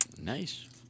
Nice